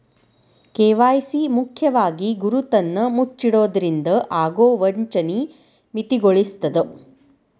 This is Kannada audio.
ಕೆ.ವಾಯ್.ಸಿ ಮುಖ್ಯವಾಗಿ ಗುರುತನ್ನ ಮುಚ್ಚಿಡೊದ್ರಿಂದ ಆಗೊ ವಂಚನಿ ಮಿತಿಗೊಳಿಸ್ತದ